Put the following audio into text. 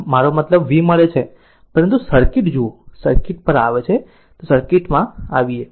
આમ મારો મતલબ V મળે છે પરંતુ સર્કિટ જુઓ સર્કિટ પર આવે છે સર્કિટ માં આવે છે